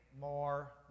more